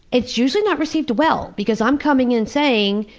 it's usually not received well, because i'm coming and saying,